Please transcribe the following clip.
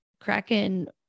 Kraken